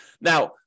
Now